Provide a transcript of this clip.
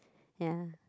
ya